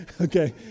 okay